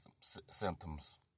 symptoms